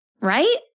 right